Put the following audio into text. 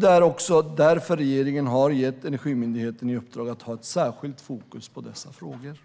Det är också därför regeringen har gett Energimyndigheten i uppdrag att ha ett särskilt fokus på dessa frågor.